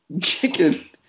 Chicken